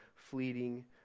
fleeting